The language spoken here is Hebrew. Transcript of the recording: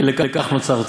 כי לכך נוצרת.